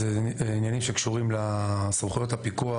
אלה הם עניינים הקשורים לסמכויות הפיקוח